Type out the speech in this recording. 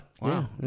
Wow